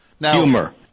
Humor